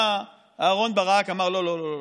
בא אהרן ברק ואמר: לא לא לא,